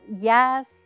yes